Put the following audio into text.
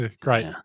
great